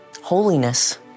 holiness